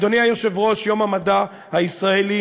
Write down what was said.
אדוני היושב-ראש, יום המדע הישראלי